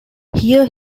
here